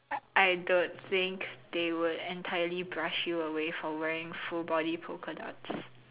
I don't think they would entirely brush you away for wearing full body polka dots